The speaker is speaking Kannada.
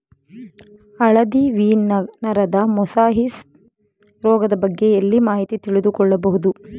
ಹಳದಿ ವೀನ್ ನರದ ಮೊಸಾಯಿಸ್ ರೋಗದ ಬಗ್ಗೆ ಎಲ್ಲಿ ಮಾಹಿತಿ ತಿಳಿದು ಕೊಳ್ಳಬಹುದು?